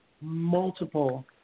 multiple